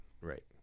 Right